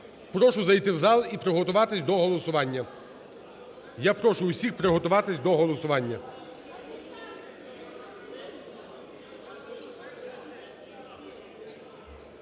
Прошу зайти в зал і приготуватись до голосування. Я прошу усіх приготуватись до голосування.